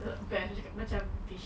chuck bass macam fish